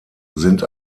sind